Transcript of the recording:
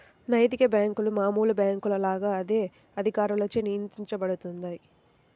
నైతిక బ్యేంకులు మామూలు బ్యేంకుల లాగా అదే అధికారులచే నియంత్రించబడతాయి